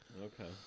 Okay